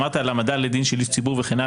אמרת על העמדה לדין של איש ציבור וכן הלאה,